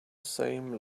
same